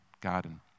garden